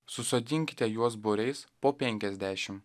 susodinkite juos būriais po penkiasdešim